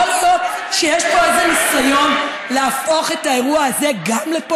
יכול להיות שיש פה איזה ניסיון להפוך את האירוע גם לפוליטי?